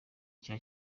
cya